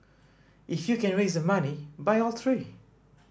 if you can raise the money buy all three